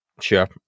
Sure